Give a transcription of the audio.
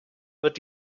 wird